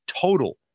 total